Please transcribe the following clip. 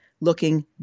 looking